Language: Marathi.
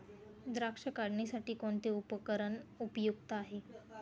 द्राक्ष काढणीसाठी कोणते उपकरण उपयुक्त आहे?